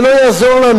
זה לא יעזור לנו,